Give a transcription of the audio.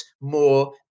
more